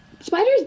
spiders